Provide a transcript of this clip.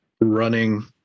running